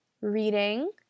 Reading